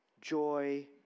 joy